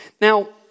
Now